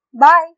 bye